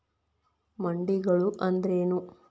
ಮಂಡಿಗಳು ಅಂದ್ರೇನು?